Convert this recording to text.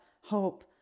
hope